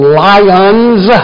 lions